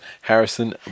Harrison